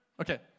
Okay